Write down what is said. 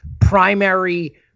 primary